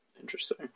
Interesting